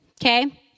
okay